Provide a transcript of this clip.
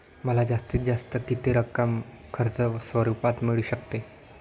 मला जास्तीत जास्त किती रक्कम कर्ज स्वरूपात मिळू शकते?